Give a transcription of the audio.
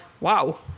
wow